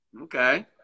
Okay